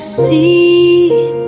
seen